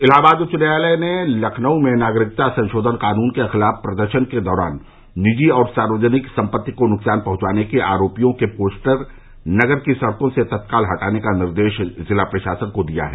इलाहाबाद उच्च न्यायालय ने लखनऊ में नागरिकता संशोधन क़ानून के ख़िलाफ़ प्रदर्शन के दौरान निजी और सार्वजनिक सम्पत्ति को नूकसान पहुंचाने के आरोपियों के पोस्टर नगर की सड़को से तत्काल हटाने का निर्देश ज़िला प्रशासन को दिया है